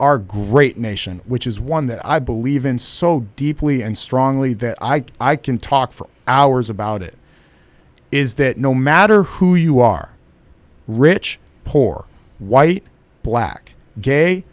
our great nation which is one that i believe in so deeply and strongly that ike i can talk for hours about it is that no matter who you are rich or poor white black gay